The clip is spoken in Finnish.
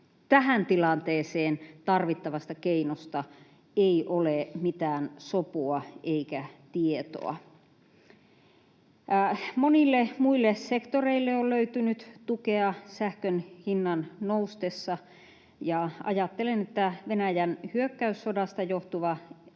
tähän tilanteeseen tarvittavasta keinosta, ei ole mitään sopua eikä tietoa. Monille muille sektoreille on löytynyt tukea sähkön hinnan noustessa, ja ajattelen, että Venäjän hyökkäyssodasta johtuva